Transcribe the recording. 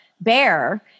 Bear